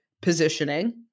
Positioning